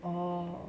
oh